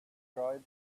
tribes